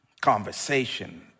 conversation